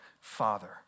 Father